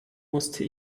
musste